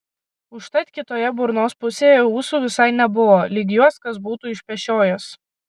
užtat kitoje burnos pusėje ūsų visai nebuvo lyg juos kas būtų išpešiojęs